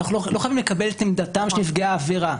אנחנו לא חייבים לקבל את עמדתם של נפגעי העבירה,